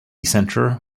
center